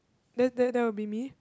then then that will be me